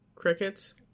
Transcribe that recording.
crickets